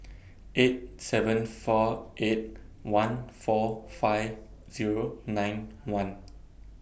eight seven four eight one four five Zero nine one